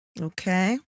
okay